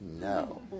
No